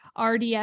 RDS